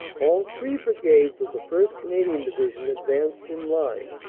all three brigades of the first. canadian division advanced in line,